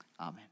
amen